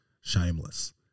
shameless